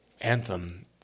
anthem